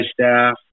staff